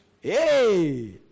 Hey